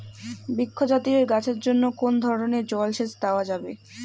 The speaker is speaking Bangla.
বৃক্ষ জাতীয় গাছের জন্য কোন ধরণের জল সেচ দেওয়া যাবে?